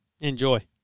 Enjoy